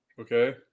Okay